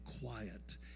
quiet